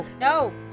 No